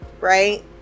right